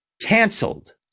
Cancelled